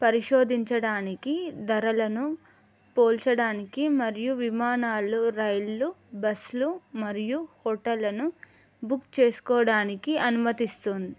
పరిశోధించడానికి ధరలను పోల్చడానికి మరియు విమానాలు రైళ్ళు బస్లు మరియు హోటళ్ళను బుక్ చేసుకోవడానికి అనుమతిస్తుంది